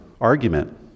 argument